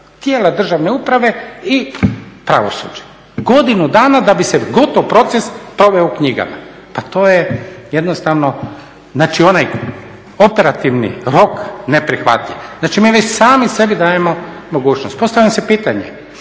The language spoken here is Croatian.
tijela državne uprave i pravosuđe, godinu dana da bi se gotov proces proveo u knjigama. Pa to je jednostavno, znači onaj operativni rok neprihvatljiv. Znači mi već sami sebi dajemo mogućnost. Postavljam si pitanje,